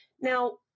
Now